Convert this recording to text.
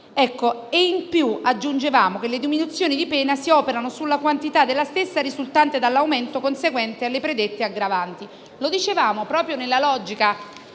In più, aggiungevamo che le diminuzioni di pena si operano sulla quantità della stessa risultante dall'aumento conseguente alle predette aggravanti. Lo dicevamo proprio nella logica